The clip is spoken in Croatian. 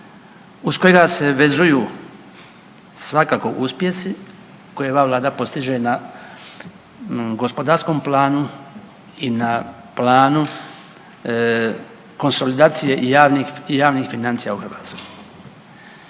uz kojega se vezuju svakako uspjesi koje ova Vlada postiže na gospodarskom planu i na planu konsolidacije javnih financija u Hrvatskoj.